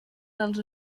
dels